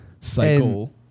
cycle